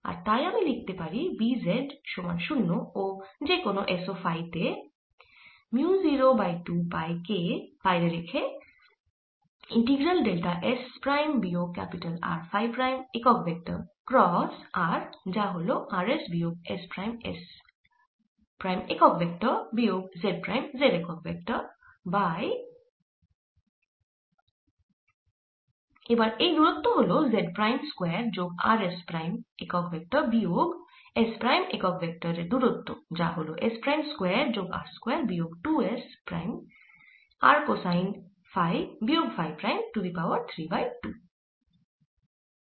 আর তাই আমি লিখতে পারি B z সমান 0 ও কোন s ও ফাই তে মিউ 0 বাই 2 পাই k বাইরে রেখে ইন্টিগ্রাল ডেল্টা s প্রাইম বিয়োগ R ফাই প্রাইম একক ভেক্টর ক্রস r যা হল r s বিয়োগ s প্রাইম s প্রাইম একক ভেক্টর বিয়োগ z প্রাইম z একক ভেক্টর বাই এবার এই দূরত্ব হল z প্রাইম স্কয়ার যোগ r s প্রাইম একক ভেক্টর বিয়োগ s প্রাইম একক ভেক্টর এর দূরত্ব যা হল s প্রাইম স্কয়ার যোগ r স্কয়ার বিয়োগ 2 s prime r cosine phi বিয়োগ phi prime to the power 3 by 2